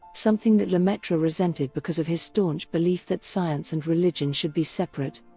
something that lemaitre resented because of his staunch belief that science and religion should be separate.